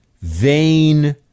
vain